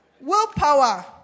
Willpower